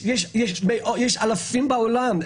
יש אלפים בעולם,